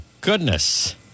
goodness